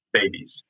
babies